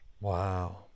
Wow